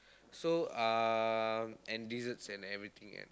so uh and desserts and everything ya